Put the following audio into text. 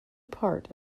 part